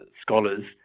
scholars